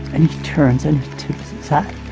and he turns and tips